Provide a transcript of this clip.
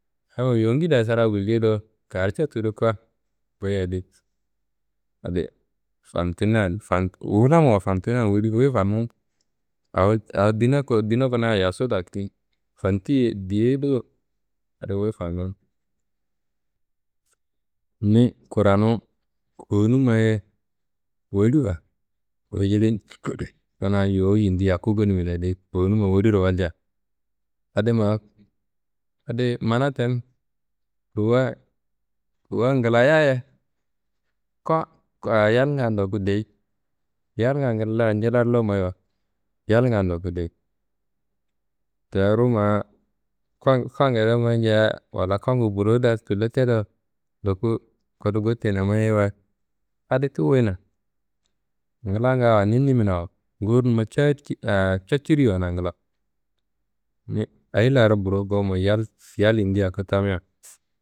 Yamma yowungida sarawu guljei do. Kaarce tudu kuwa goyadi, adi fantuniya wulannuwa fantuniya wori, wuyi fannunu awo a dina kunayan yosu da, fantiye diyedo adi wuyi fannunu. Ni kuranun kowunummaye woriwa. Kuna yowu yindi yakku gonimina yedi kowunumma woriro walja adi ma, adiyi mana tenu. Kowuwa, kowuwa nglayaye kuwa yalniya n ndoku deyii. Yalnga ngillaro jirallo mayiwa yalnga n ndoku deyi, teru ma kuwa, kuwangede mayinja walla kuwangu burowu da tullo tedo n ndoku kodu gotteyina mayeyiwayi adi ti wuyina, nglanga ni niminawa ngowunumma caciriwana nglawo, ni ayi laaro burowo gowumo yal, yal yindi yakku tamia.